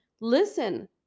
listen